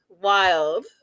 wild